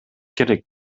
керек